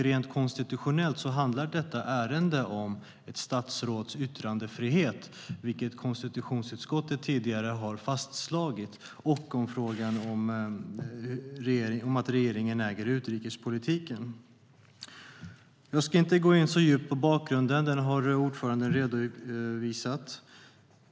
Rent konstitutionellt handlar ärendet om ett statsråds yttrandefrihet, vilket konstitutionsutskottet tidigare har fastslagit, och om frågan om regeringen äger utrikespolitiken. Jag ska inte fördjupa mig i bakgrunden. Den har ordföranden redovisat.